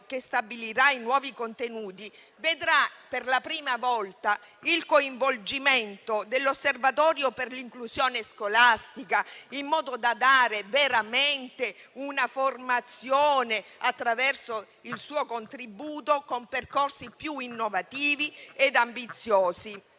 che stabilirà i nuovi contenuti vedrà per la prima volta il coinvolgimento dell'osservatorio per l'inclusione scolastica in modo da dare veramente una formazione attraverso il suo contributo con percorsi più innovativi e ambiziosi.